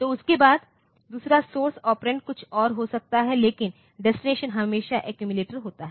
तो उसके बाद दूसरा सोर्स ऑपरेंड कुछ और हो सकता है लेकिन डेस्टिनेशन हमेशा एक्यूमिलेटर होता है